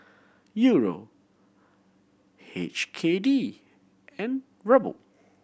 Euro H K D and Ruble